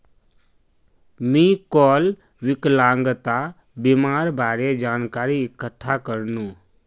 मी काल विकलांगता बीमार बारे जानकारी इकठ्ठा करनु